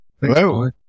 Hello